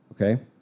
Okay